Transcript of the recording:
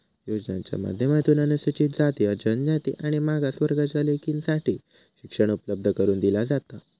योजनांच्या माध्यमातून अनुसूचित जाती, जनजाति आणि मागास वर्गाच्या लेकींसाठी शिक्षण उपलब्ध करून दिला जाता